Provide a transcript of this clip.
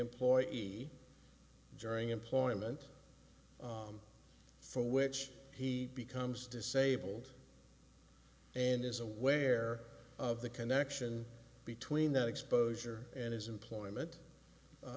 employee during employment for which he becomes disabled and is aware of the connection between that exposure and his employment